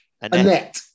Annette